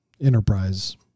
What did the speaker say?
Enterprise